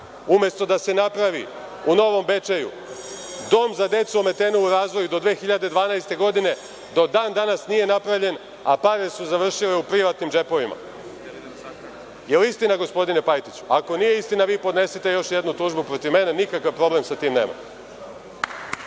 umesto da se napravi u Novom Bečeju dom za decu ometenu u razvoju do 2012. godine, do dan danas nije napravljen, a pare su završile u privatnim džepovima. Da li je istina gospodine Pajtiću? Ako nije istina, vi podnesite još jednu tužbu protiv mene, nikakav problem sa tim nemam.